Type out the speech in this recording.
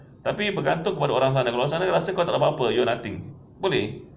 tapi bergantung kepada orang sana kalau sana rasa kau takde apa-apa you are nothing boleh